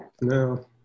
no